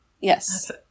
Yes